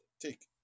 Take